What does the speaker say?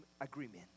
agreement